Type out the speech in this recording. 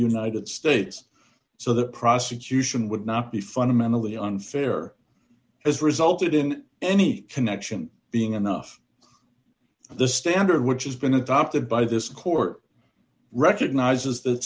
united states so the prosecution would not be fundamentally unfair has resulted in any connection being enough the standard which has been adopted by this court recognizes that